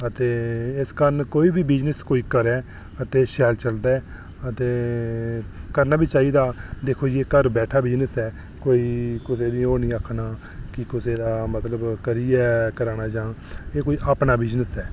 ते इस कारण कोई बी बिज़नेस अगर कोई करै ते शैल चलदा ऐ ते करना बी चाहिदा दिक्खो जी घर बैठे दा बिज़नेस ऐ कोई कुसै दी ओह् निं आक्खा ना कि कुसै दा मतलब करियै कराना जां एह् कोई अपना बिज़नेस ऐ